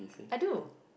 I do